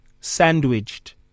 sandwiched